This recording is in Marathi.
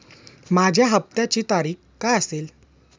माझ्या हप्त्याची तारीख काय असेल?